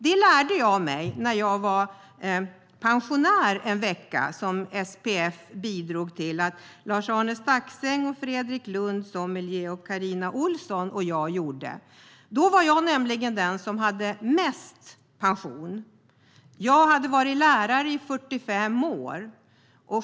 Det lärde jag mig när jag var pensionär en vecka, något som SPF bidrog till. Lars-Arne Staxäng, Fredrik Lundh Sammeli, Carina Ohlsson och jag deltog i det försöket. Jag var den som hade högst pension, för jag hade varit lärare i 45 år.